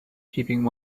keeping